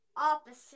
opposite